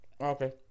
Okay